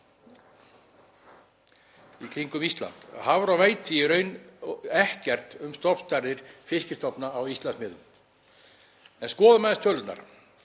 í kringum Ísland. Hafró veit í raun ekkert um stofnstærðir fiskstofna á Íslandsmiðum. En skoðum aðeins tölurnar.